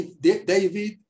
David